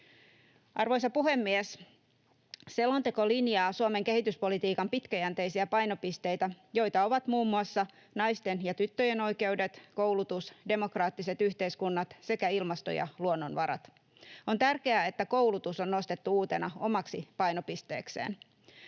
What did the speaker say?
Arvoisa puhemies! Selonteko linjaa Suomen kehityspolitiikan pitkäjänteisiä painopisteitä, joita ovat muun muassa naisten ja tyttöjen oikeudet, koulutus, demokraattiset yhteiskunnat sekä ilmasto ja luonnonvarat. On tärkeää, että koulutus on nostettu uutena omaksi painopisteekseen.